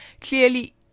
clearly